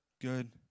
good